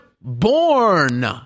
born